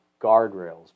guardrails